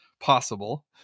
possible